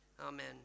Amen